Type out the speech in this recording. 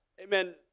amen